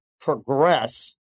progress